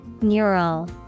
Neural